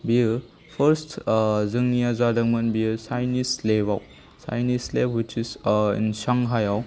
बेयो फार्स्ट जोंनिया जादोंमोन बेयो चायनिस लेबआव Chinese lab which is in शांहायआव